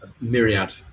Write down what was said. myriad